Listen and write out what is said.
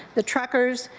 the truckers,